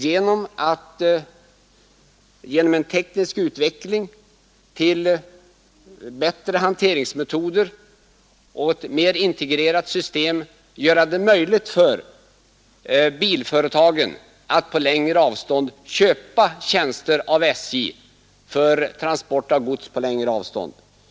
Genom en teknisk utveckling till bättre hanteringsmetoder och ett mer integrerat system skulle man göra det möjligt för bilföretagen att köpa tjänster av SJ för transport av gods på längre avstånd.